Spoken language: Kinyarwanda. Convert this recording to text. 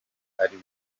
ari